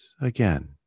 again